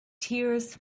tears